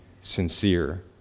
sincere